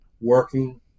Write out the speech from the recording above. working